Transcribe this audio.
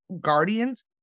guardians